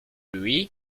lui